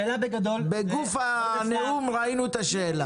בגוף הנאום הבנו את השאלה.